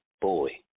boy